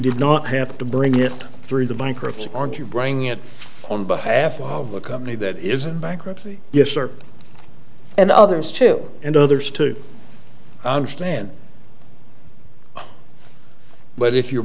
did not have to bring it through the bankruptcy argue bring it on behalf of the company that is bankruptcy yes sir and others too and others to understand but if you